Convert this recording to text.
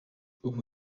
ubu